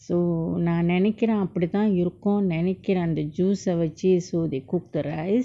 so நா நெனைக்குர அப்புடிதா இருக்கு நெனைக்குர அந்த:naa nenaikkura appuditha irukku nenaikkura andtha juice ah வச்சு:vachsu so they cook the rice